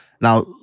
Now